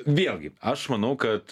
vėlgi aš manau kad